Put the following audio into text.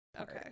okay